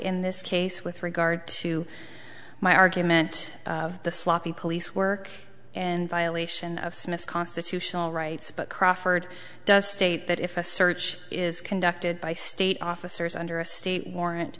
in this case with regard to my argument of the sloppy police work and violation of smith's constitutional rights but crawford does state that if a search is conducted by state officers under a state warrant